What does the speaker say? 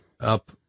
up